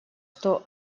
что